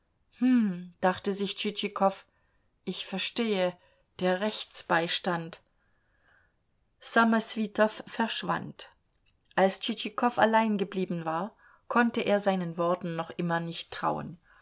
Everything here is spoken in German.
hm dachte sich tschitschikow ich verstehe der rechtsbeistand ssamoswitow verschwand als tschitschikow allein geblieben war konnte er seinen worten noch immer nicht trauen